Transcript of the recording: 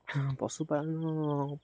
ପଶୁପାଳନ